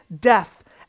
death